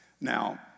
Now